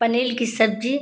पनीर की सब्जी